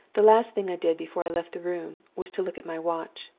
the last thing i did before i left the room was to look at my watch.